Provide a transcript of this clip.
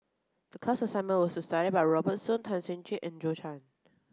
the class assignment was to study about Robert Soon Tan Chuan Jin and Zhou Can